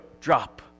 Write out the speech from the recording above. Drop